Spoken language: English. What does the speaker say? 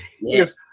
Yes